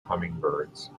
hummingbirds